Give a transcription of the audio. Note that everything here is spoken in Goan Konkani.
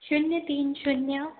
शुन्य तीन शुन्य